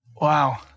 Wow